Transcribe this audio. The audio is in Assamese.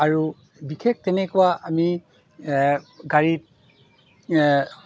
আৰু বিশেষ তেনেকুৱা আমি গাড়ীত